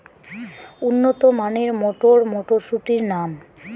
উন্নত মানের মটর মটরশুটির নাম?